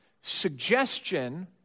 suggestion